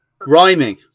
rhyming